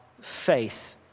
faith